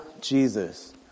Jesus